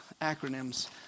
acronyms